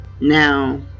now